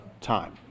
time